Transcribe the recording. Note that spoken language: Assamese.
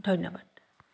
ধন্যবাদ